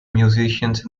musicians